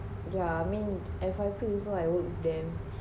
yeah I mean F_Y_P also I work with them